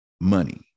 money